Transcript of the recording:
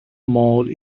mode